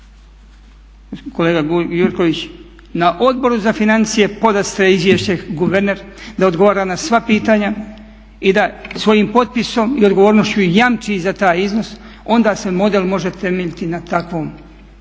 kolega Gjurković, na Odboru za financije podastre izvješće guverner, da odgovara na sva pitanja i da svojim potpisom i odgovornošću jamči za taj iznos onda se model može temeljiti na takvom